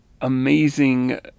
amazing